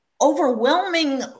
overwhelming